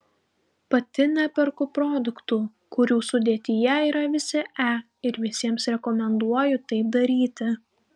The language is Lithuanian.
pati neperku produktų kurių sudėtyje yra visi e ir visiems rekomenduoju taip daryti